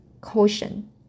caution